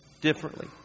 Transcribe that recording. differently